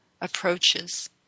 approaches